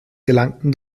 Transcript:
gelangten